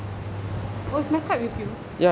oh is my card with you